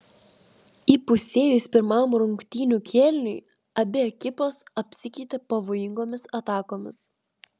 įpusėjus pirmam rungtynių kėliniui abi ekipos apsikeitė pavojingomis atakomis